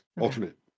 alternate